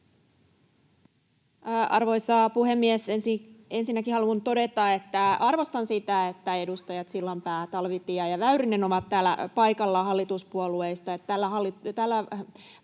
Arvoisa puhemies! Ensinnäkin haluan todeta, että arvostan sitä, että edustajat Sillanpää, Talvitie ja Väyrynen hallituspuolueista